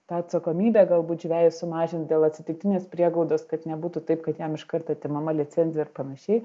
tą atsakomybę galbūt žvejui sumažint dėl atsitiktinės priegaudos kad nebūtų taip kad jam iškart atimama licencija ir panašiai